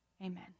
Amen